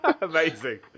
Amazing